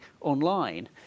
online